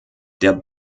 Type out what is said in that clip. der